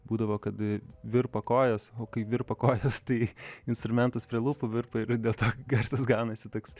būdavo kad virpa kojas o kai virpa kojos tai instrumentas prie lūpų virpa ir dėl to garsas gaunasi toks